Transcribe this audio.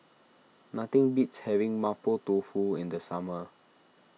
nothing beats having Mapo Tofu in the summer